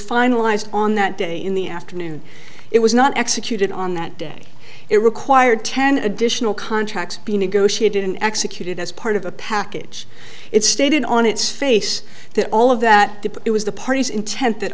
finalized on that day in the afternoon it was not executed on that day it required ten additional contracts being negotiated and executed as part of a package it's stated on its face that all of that it was the parties intent that